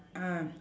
ah